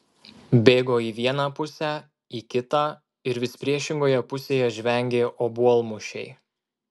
bėgo į vieną pusę į kitą ir vis priešingoje pusėje žvengė obuolmušiai